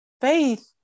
faith